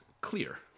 clear